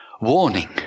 warning